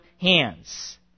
hands